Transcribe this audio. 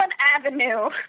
avenue